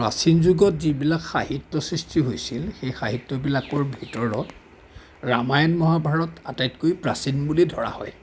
প্ৰাচীন যুগত যিবিলাক সাহিত্য সৃষ্টি হৈছিল সেই সাহিত্যবিলাকৰ ভিতৰত ৰামায়ণ মহাভাৰত আটাইতকৈ প্ৰাচীন বুলি ধৰা হয়